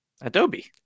Adobe